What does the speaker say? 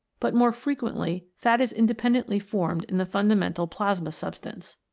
but more frequently fat is independently formed in the fundamental plasma substance.